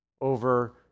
over